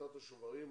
בשיטת השוברים,